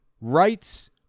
Rights